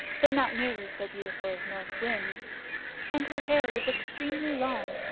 though not nearly so beautiful as north wind and her hair was extremely long,